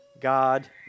God